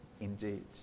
indeed